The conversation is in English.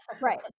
Right